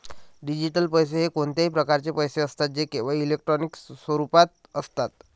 digital पैसे हे कोणत्याही प्रकारचे पैसे असतात जे केवळ इलेक्ट्रॉनिक स्वरूपात असतात